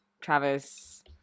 Travis